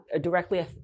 directly